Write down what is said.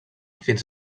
fins